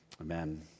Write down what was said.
amen